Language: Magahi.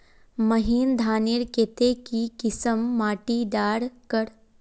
महीन धानेर केते की किसम माटी डार कर?